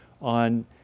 on